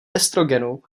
estrogenu